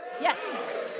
Yes